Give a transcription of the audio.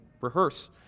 rehearse